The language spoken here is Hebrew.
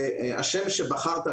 והשם שבחרת,